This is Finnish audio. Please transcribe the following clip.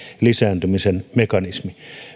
lisääntymisen mekanismi